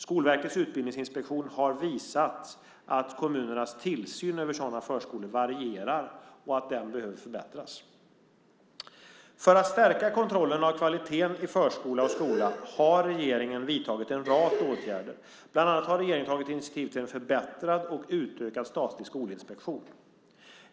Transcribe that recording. Skolverkets utbildningsinspektion har visat att kommunernas tillsyn över sådana förskolor varierar och att den behöver förbättras. För att stärka kontrollen av kvaliteten i förskola och skola har regeringen vidtagit en rad åtgärder. Bland annat har regeringen tagit initiativ till en förbättrad och utökad statlig skolinspektion.